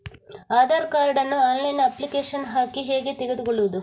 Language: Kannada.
ಆಧಾರ್ ಕಾರ್ಡ್ ನ್ನು ಆನ್ಲೈನ್ ಅಪ್ಲಿಕೇಶನ್ ಹಾಕಿ ಹೇಗೆ ತೆಗೆದುಕೊಳ್ಳುವುದು?